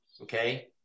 Okay